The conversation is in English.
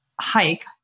hike